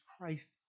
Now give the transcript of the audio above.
Christ